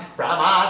Brahma